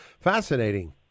fascinating